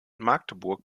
magdeburg